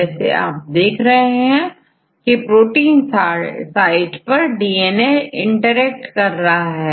जैसे आप देख रहे हैं कि प्रोटीन साइट पर डीएनए इंटरेक्ट कर रहा है